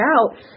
out